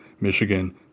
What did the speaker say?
Michigan